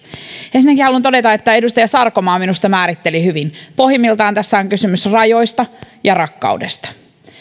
ensinnäkin haluan todeta että edustaja sarkomaa minusta määritteli hyvin pohjimmiltaan tässä on kysymys rajoista ja rakkaudesta